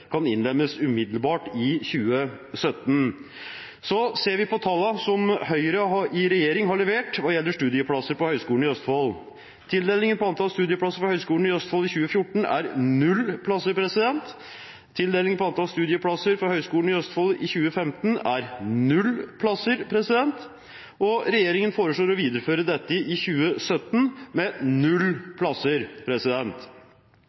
kan innlemmes umiddelbart i 2017. Så ser vi på tallene som Høyre i regjering har levert når det gjelder studieplasser på Høgskolen i Østfold. Tildeling av antall studieplasser ved Høgskolen i Østfold i 2014 er 0 plasser, tildeling av antall studieplasser ved Høgskolen i Østfold i 2015 er 0 plasser, og regjeringen foreslår å videreføre dette i 2017 – med